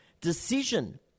decision